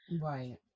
Right